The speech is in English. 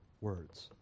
words